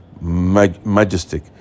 majestic